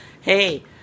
Hey